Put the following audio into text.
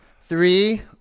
Three